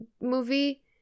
movie